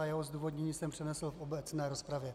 Jeho zdůvodnění jsem přednesl v obecné rozpravě.